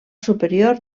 superior